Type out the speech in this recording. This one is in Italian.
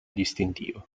distintivo